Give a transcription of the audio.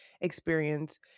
experience